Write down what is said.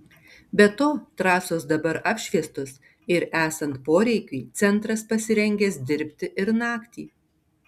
be to trasos dabar apšviestos ir esant poreikiui centras pasirengęs dirbti ir naktį